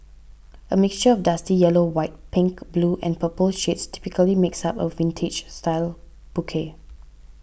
a mixture of dusty yellow white pink blue and purple shades typically makes up a vintage style bouquet